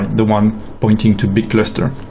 the one pointing to big cluster.